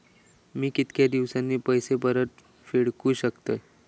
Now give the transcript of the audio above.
मी कीतक्या दिवसांनी पैसे परत फेडुक शकतय?